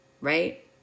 right